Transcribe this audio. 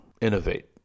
innovate